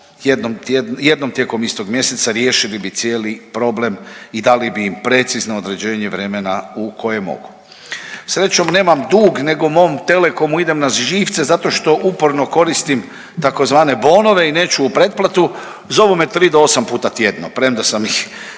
jednom tijekom istog mjeseca riješili bi cijeli problem i dali bi im precizno određenje vremena u koje mogu. Srećom nemam dug nego mom Telekomu idem na živce zato što uporno koristim tzv. bonove i neću u pretplatu. Zovu me tri do osam puta tjedno premda sam ih